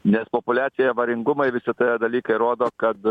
nes populiacija avaringumai visi tie dalykai rodo kad